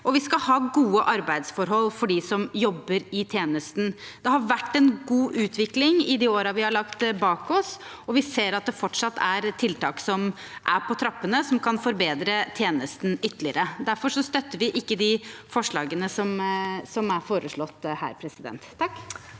vi skal ha gode arbeidsforhold for dem som jobber i tjenesten. Det har vært en god utvikling i de årene vi har lagt bak oss, og vi ser at det fortsatt er tiltak på trappene som kan forbedre tjenesten ytterligere. Derfor støtter vi ikke de forslagene som fremmes. Per Olaf